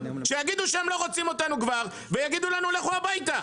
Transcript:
שיגידו שהם לא רוצים אותנו ויגידו לנו: לכו הביתה.